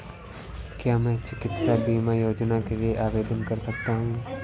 क्या मैं चिकित्सा बीमा योजना के लिए आवेदन कर सकता हूँ?